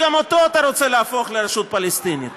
שגם אותו אתה רוצה להפוך לרשות פלסטינית.